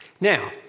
Now